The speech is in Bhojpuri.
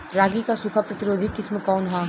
रागी क सूखा प्रतिरोधी किस्म कौन ह?